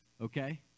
Okay